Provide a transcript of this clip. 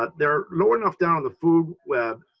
but they're low enough down on the food web.